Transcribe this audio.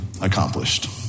accomplished